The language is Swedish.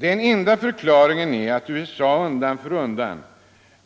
Den enda förklaringen är att USA undan för undan